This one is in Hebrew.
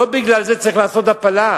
לא צריך בגלל זה לעשות הפלה.